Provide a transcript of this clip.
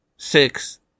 Six